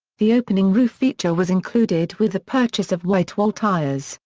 the opening roof feature was included with the purchase of whitewall tires,